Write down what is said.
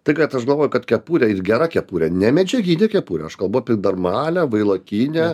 tai kad aš galvoju kad kepurė ir gera kepurė ne medžiaginė kepurė aš kalbu apie normalią vailokinę